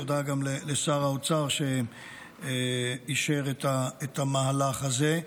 תודה גם לשר האוצר שאישר את המהלך הזה.